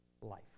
life